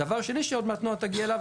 דבר שני שעוד מעט נעה תגיע אליו,